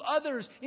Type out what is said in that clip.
others